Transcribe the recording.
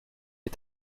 les